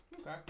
Okay